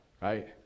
right